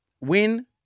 win